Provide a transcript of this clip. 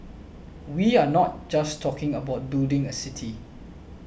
we are not just talking about building a city